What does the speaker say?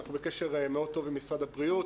אנחנו בקשר מאוד טוב עם משרד הבריאות,